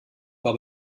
war